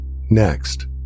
Next